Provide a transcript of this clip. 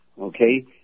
okay